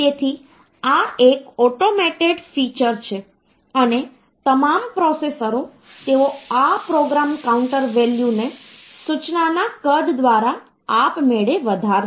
તેથી આ એક ઓટોમેટેડ ફીચર છે અને તમામ પ્રોસેસરો તેઓ આ પ્રોગ્રામ કાઉન્ટર વેલ્યુ ને સૂચનાના કદ દ્વારા આપમેળે વધારશે